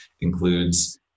includes